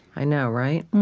i know, right?